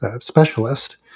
specialist